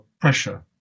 pressure